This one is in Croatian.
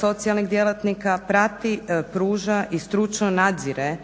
socijalnih djelatnika, prati, pruža i stručno nadzire